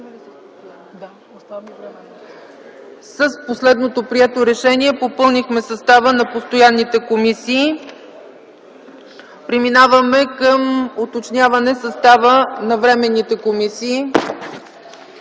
С последното прието решение попълнихме състава на постоянните комисии. Преминаваме към уточняване състава на временна комисия.